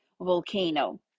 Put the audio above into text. volcano